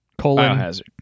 Biohazard